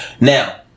Now